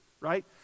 right